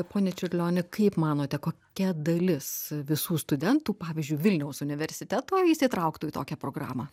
pone čiurlioni kaip manote kokia dalis visų studentų pavyzdžiui vilniaus universiteto įsitrauktų į tokią programą